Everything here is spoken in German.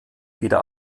wieder